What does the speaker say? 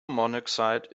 monoxide